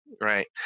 right